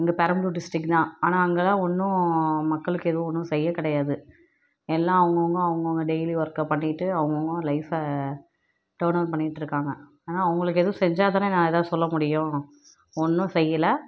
இங்கே பெரம்பலூர் டிஸ்ட்ரிக் தான் ஆனால் அங்கெல்லாம் ஒன்றும் மக்களுக்கு எதுவும் ஒன்றும் செய்யக் கிடையாது எல்லாம் அவுங்கவங்க அவுங்கவங்க டெய்லி ஒர்க்கை பண்ணிகிட்டு அவுங்கவங்க லைஃப்பை டர்ன் ஆன் பண்ணிகிட்டு இருக்காங்க ஆனால் அவங்களுக்கு எதுவும் செஞ்சால் தானே நான் எதாவது சொல்ல முடியும் ஒன்றும் செய்யலை